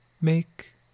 Make